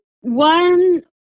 one